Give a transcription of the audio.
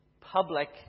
public